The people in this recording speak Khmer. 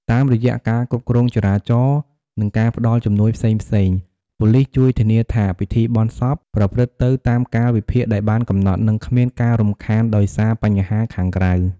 តាមរយៈការគ្រប់គ្រងចរាចរណ៍ និងការផ្តល់ជំនួយផ្សេងៗ ប៉ូលីសជួយធានាថាពិធីបុណ្យសពប្រព្រឹត្តទៅតាមកាលវិភាគដែលបានកំណត់ និងគ្មានការរំខានដោយសារបញ្ហាខាងក្រៅ។